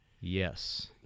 Yes